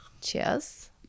Cheers